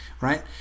right